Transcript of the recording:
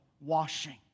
washing